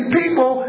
people